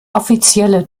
offizielle